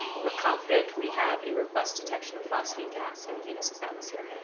we're confident, we have a robust detection of phosphine gas in venus' atmosphere.